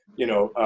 you know,